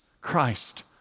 Christ